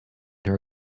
her